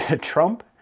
trump